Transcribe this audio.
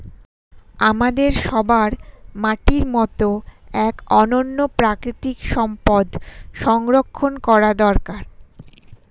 আমাদের সবার মাটির মতো এক অনন্য প্রাকৃতিক সম্পদ সংরক্ষণ করা দরকার